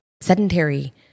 sedentary